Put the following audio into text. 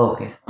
Okay